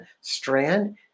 Strand